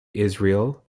israel